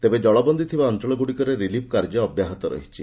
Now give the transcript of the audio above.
ତେବେ ଜଳବନ୍ଦୀ ଥିବା ଅଞ୍ଚଳଗୁଡ଼ିକରେ ରିଲିଫ୍ କାର୍ଯ୍ୟ ଅବ୍ୟାହତ ରହିଛି